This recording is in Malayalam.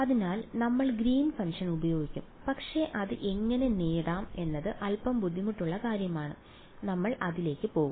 അതിനാൽ നമ്മൾ ഗ്രീൻ ഫംഗ്ഷൻ ഉപയോഗിക്കും പക്ഷേ അത് എങ്ങനെ നേടാം എന്നത് അൽപ്പം ബുദ്ധിമുട്ടുള്ള കാര്യമാണ് അതിനാൽ നമ്മൾ അതിലേക്ക് പോകും